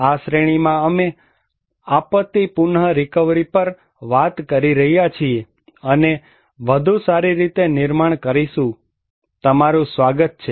આ શ્રેણીમાં અમે આપત્તિ પુનરિકવરી પર વાત કરી રહ્યા છીએ અને વધુ સારી રીતે નિર્માણ કરીશું અને તમારું સ્વાગત છે